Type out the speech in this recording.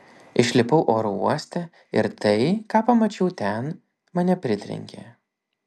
išlipau oro uoste ir tai ką pamačiau ten mane pritrenkė